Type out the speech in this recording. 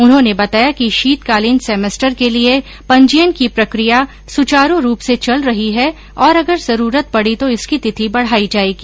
उन्होंने बताया कि शीतकालीन सेमेस्टर के लिए पंजीयन की प्रक्रिया सुवारू रूप से चल रही है और अगर जरूरत पड़ी तो इसकी तिथि बढ़ाई जाएगी